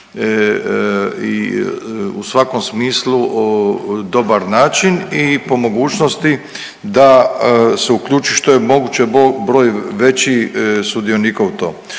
i u svakom smislu dobar način i po mogućnosti da se uključi što je moguće veći sudionika u tom.